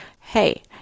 hey